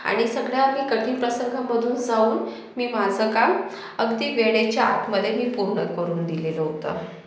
आणि सगळ्या मी कठीण प्रसंगामधून जाऊन मी माझं काम अगदी वेळेच्या आतमध्ये मी पूर्ण करून दिलेलं होतं